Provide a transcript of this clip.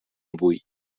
avui